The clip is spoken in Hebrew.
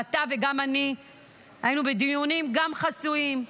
אתה וגם אני היינו בדיונים, גם חסויים.